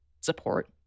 support